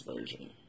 version